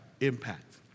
impact